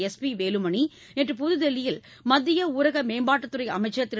S P Velumani நேற்று புதுதில்லியில் மத்திய ஊரக மேம்பாட்டுத்துறை அமைச்சர் திரு